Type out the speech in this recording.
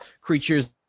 creatures